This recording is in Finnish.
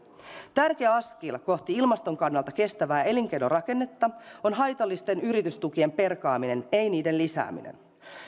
tärkeä askel kohti ilmaston kannalta kestävää elinkeinorakennetta on haitallisten yritystukien perkaaminen ei niiden lisääminen